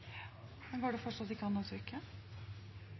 men det var ikke